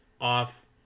off